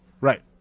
Right